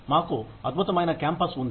మాకు అద్భుతమైన క్యాంపస్ ఉంది